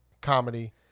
comedy